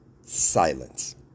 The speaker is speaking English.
silence